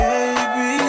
Baby